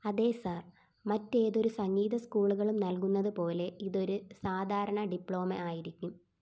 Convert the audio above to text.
അതെ സർ മറ്റേതൊരു സംഗീത സ്കൂളുകളും നൽകുന്നതുപോലെ ഇതൊരു സാധാരണ ഡിപ്ലോമ ആയിരിക്കും